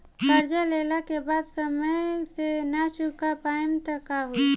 कर्जा लेला के बाद समय से ना चुका पाएम त का होई?